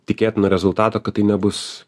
tikėtino rezultato kad tai nebus